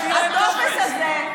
תנו להם טופס, לא כתוב שם כלום בטופס.